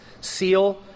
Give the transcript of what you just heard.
seal